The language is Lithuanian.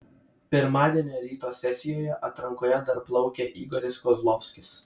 pirmadienio ryto sesijoje atrankoje dar plaukė igoris kozlovskis